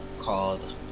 called